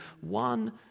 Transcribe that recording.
one